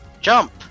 jump